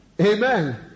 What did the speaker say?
Amen